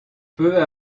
peu